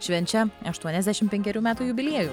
švenčia aštuoniasdešim penkerių metų jubiliejų